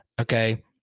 Okay